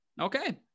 Okay